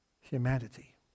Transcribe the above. humanity